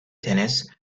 tennis